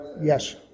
Yes